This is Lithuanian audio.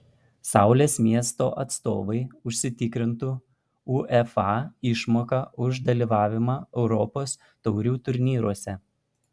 saulės miesto atstovai užsitikrintų uefa išmoką už dalyvavimą europos taurių turnyruose